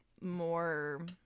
more